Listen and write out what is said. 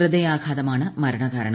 ഹൃദയാഘാതമാണ് മരണ കാരണം